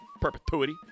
perpetuity